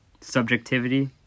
subjectivity